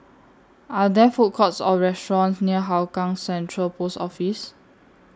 Are There Food Courts Or restaurants near Hougang Central Post Office